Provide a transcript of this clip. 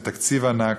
עם תקציב ענק,